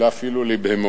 ואפילו לא לבהמות.